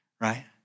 right